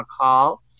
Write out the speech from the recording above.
call